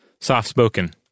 soft-spoken